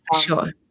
sure